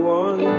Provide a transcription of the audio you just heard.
one